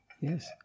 Yes